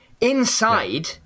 inside